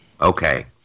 Okay